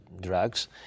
drugs